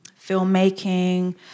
filmmaking